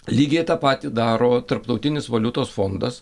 lygiai tą patį daro tarptautinis valiutos fondas